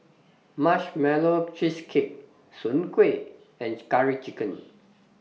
Marshmallow Cheesecake Soon Kueh and Curry Chicken